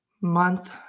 month